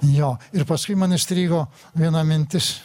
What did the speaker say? jo ir paskui man įstrigo viena mintis